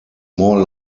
more